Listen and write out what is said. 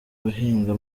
guhiga